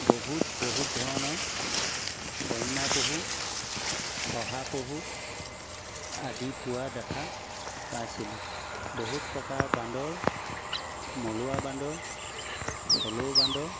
বহুত বহুত ধৰণৰ হৰিণাপহু শহাপহু আদি পোৱা দেখা পাইছিলোঁ বহুত প্ৰকাৰৰ বান্দৰ মলুৱা বান্দৰ হ'লৌ বান্দৰ